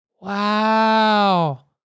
Wow